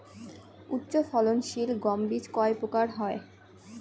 উচ্চ ফলন সিল গম বীজ কয় প্রকার হয়?